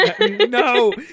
No